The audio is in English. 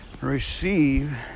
receive